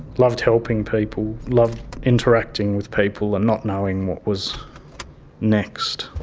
loved helping people, loved interacting with people and not knowing what was next.